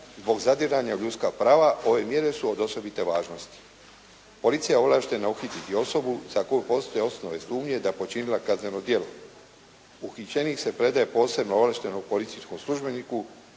Zbog zadiranja u ljudska prava ove mjere su od osobite važnosti. Policija je ovlaštena uhititi osobu za koju postoje osnovane sumnje da je počinila kazneno djelo. Uhićenik se predaje posebno ovlaštenom policijskom službeniku,